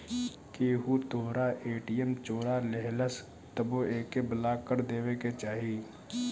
केहू तोहरा ए.टी.एम चोरा लेहलस तबो एके ब्लाक कर देवे के चाही